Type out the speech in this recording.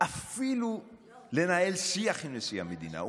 אפילו לנהל שיח עם נשיא המדינה,